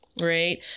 right